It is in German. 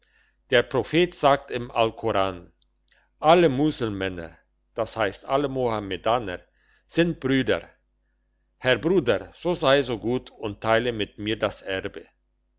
der prophet sagt im alkoran alle muselmänner das heisst alle mohammedaner sind brüder herr bruder so sei so gut und teile mit mir das erbe